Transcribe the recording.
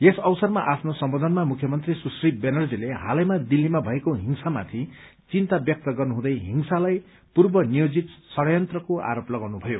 यस अवसरमा आफ्नो सम्बोधनमा मुख्यमन्त्री सुश्री ममता ब्यानर्जीले हालै दिल्लीमा भएको हिंसामाथि चिन्ता व्यक्त गर्नुहुँदै हिंसालाई पूर्व नियोजित षड़यन्त्रको आरोप लगाउनुभयो